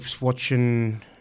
watching